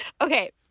Okay